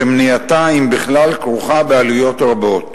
שמניעתה, אם בכלל, כרוכה בעלויות רבות,